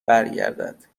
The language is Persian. برگردد